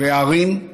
והערים,